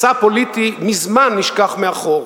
מצע פוליטי מזמן נשכח מאחור.